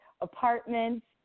apartments